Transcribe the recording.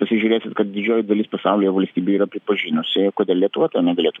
pasižiūrėsit kad didžioji dalis pasaulio valstybių yra pripažinusi kodėl lietuva to negalėtų